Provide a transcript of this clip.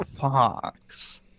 Fox